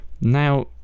Now